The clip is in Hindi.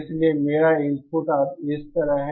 इसलिए मेरा इनपुट अब इस तरह है